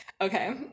Okay